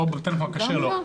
בטלפון הכשר לא.